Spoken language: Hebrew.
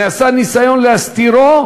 נעשה ניסיון להסתירו,